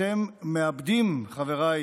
אתם מאבדים את הכיוון, חבריי